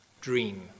dream